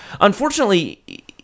Unfortunately